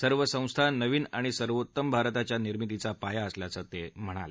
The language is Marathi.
सर्व संस्था नवीन आणि सर्वोत्तम भारताच्या निर्मितीचा पाया असल्याचं ते यावेळी म्हणाले